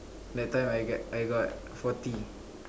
that time I get I got forty